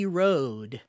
road